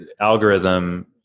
algorithm